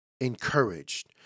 encouraged